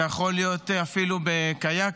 זה יכול להיות אפילו בקייקים,